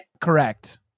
Correct